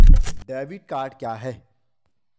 Debit card क्या है?